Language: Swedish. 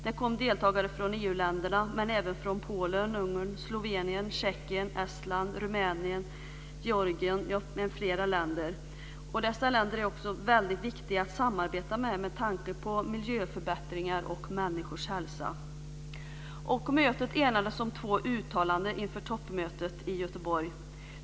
Det kom deltagare från EU-länderna men även från Polen, Ungern, Slovenien, Tjeckien, Estland, Rumänien, Georgien m.fl. länder. Dessa länder är också viktiga att samarbeta med, med tanke på miljöförbättringar och människors hälsa. På mötet enades man om två uttalanden inför toppmötet i Göteborg.